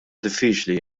diffiċli